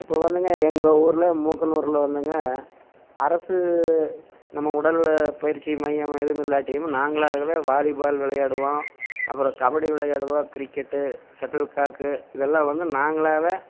இப்போ வந்துங்க எங்கள் ஊரில் மூக்கனூரில் வந்துங்க அரசு நம்ம உடற்பயிற்சி மையம் எதுவும் இல்லாட்டியும் நாங்களாகவே வாலிபால் விளையாடுவோம் அப்புறம் கபடி விளையாடுவோம் கிரிக்கெட்டு ஷட்டில் காக்கு இதெல்லாம் வந்து நாங்களாவே